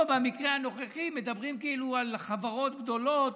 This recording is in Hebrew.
פה, במקרה הנוכחי, מדברים כאילו על חברות גדולות